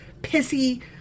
pissy